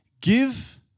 Give